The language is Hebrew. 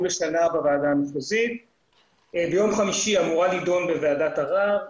לשנה בוועדה המחוזית וביום חמישי אמורה להידון בוועדת ערר.